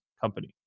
Company